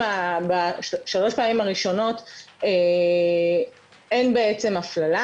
כשבשלוש הפעמים הראשונות אין הפללה.